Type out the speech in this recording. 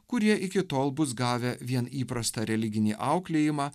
kurie iki tol bus gavę vien įprastą religinį auklėjimą